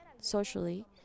socially